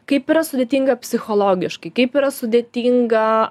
kaip yra sudėtinga psichologiškai kaip yra sudėtinga